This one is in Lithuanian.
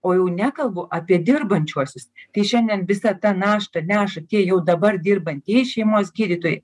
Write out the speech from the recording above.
o jau nekalbu apie dirbančiuosius tai šiandien visą tą naštą neša tie jau dabar dirbantieji šeimos gydytojai